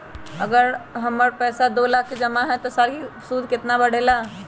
अगर हमर पैसा दो लाख जमा है त साल के सूद केतना बढेला?